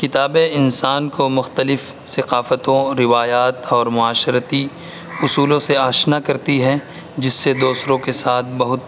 کتابیں انسان کو مختلف ثقافتوں روایات اور معاشرتی اصولوں سے آشنا کرتی ہے جس سے دوسروں کے ساتھ بہت